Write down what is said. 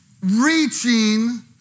reaching